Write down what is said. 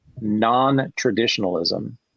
non-traditionalism